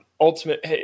ultimate